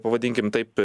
pavadinkim taip